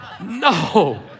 No